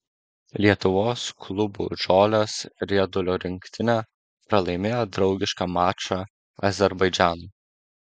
lietuvos klubų žolės riedulio rinktinė pralaimėjo draugišką mačą azerbaidžanui